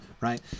Right